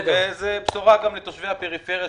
זו בשורה גם לתושבי הפריפריה.